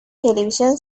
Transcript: television